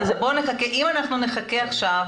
אם אנחנו נחכה עכשיו,